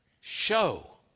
show